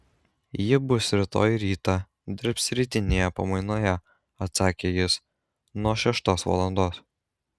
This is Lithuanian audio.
ji bus rytoj rytą dirbs rytinėje pamainoje atsakė jis nuo šeštos valandos